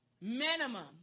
Minimum